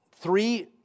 three